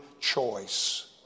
choice